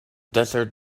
desert